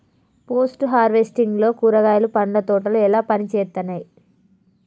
Post harvesting లో కూరగాయలు పండ్ల తోటలు ఎట్లా పనిచేత్తనయ్?